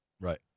Right